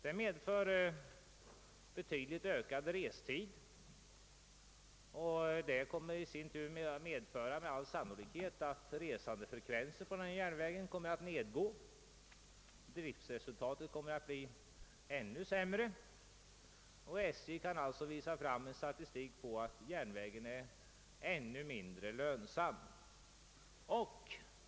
Detta medför betydligt ökad restid och det kommer i sin tur med all sannolikhet att medföra att resandefrekvensen på denna järnvägslinje kommer att nedgå, så att driftsresultatet blir ännu sämre. SJ kommer alltså då att kunna lägga fram en statistik, av vilken det framgår att järnvägen är ännu mindre lönsam.